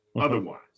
otherwise